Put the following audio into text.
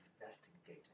investigating